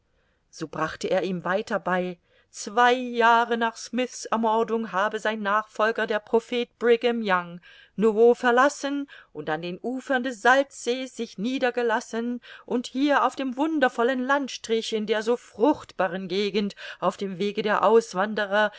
so brachte er ihm weiter bei zwei jahre nach smyth's ermordung habe sein nachfolger der prophet brigham young nauvoo verlassen und an den ufern des salzsees sich niedergelassen und hier auf dem wundervollen landstrich in der so fruchtbaren gegend auf dem wege der auswanderer